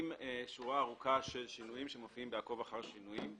עם שורה ארוכה של שינויים שמופיעים ב"עקוב אחר שינויים",